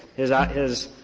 his ah his